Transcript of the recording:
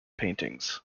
paintings